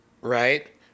right